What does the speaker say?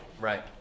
Right